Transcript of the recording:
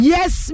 Yes